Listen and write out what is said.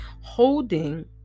holding